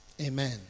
Amen